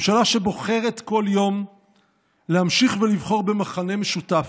ממשלה שבוחרת כל יום להמשיך ולבחור במכנה משותף,